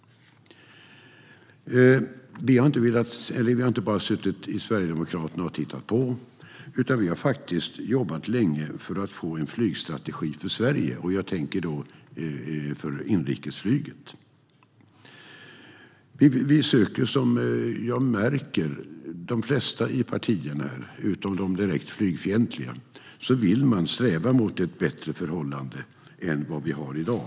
Vi i Sverigedemokraterna har inte bara suttit och tittat på, utan vi har jobbat länge för att få en flygstrategi för Sverige. Jag tänker då på en strategi för inrikesflyget. Som jag märker strävar de flesta i partierna - utom de direkt flygfientliga - mot ett bättre förhållande än vi har i dag.